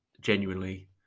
genuinely